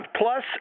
plus